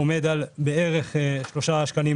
עומד על בערך 3.5 שקלים,